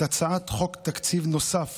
את הצעת חוק תקציב נוסף